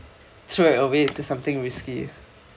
throw it away to something risky